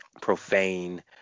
Profane